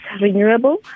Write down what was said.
renewable